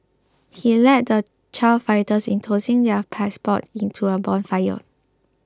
he led the child fighters in tossing their passports into a bonfire